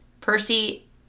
Percy